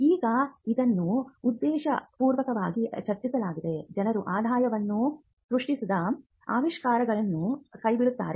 ಈಗ ಇದನ್ನು ಉದ್ದೇಶಪೂರ್ವಕವಾಗಿ ರಚಿಸಲಾಗಿದೆ ಜನರು ಆದಾಯವನ್ನು ಸೃಷ್ಟಿಸದ ಆವಿಷ್ಕಾರಗಳನ್ನು ಕೈಬಿಡುತ್ತಾರೆ